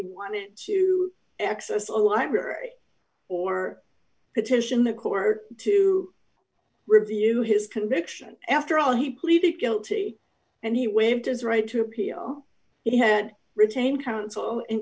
wanted to access the library or petition the court to review his conviction after all he pleaded guilty and he waived his right to appeal he had retained counsel in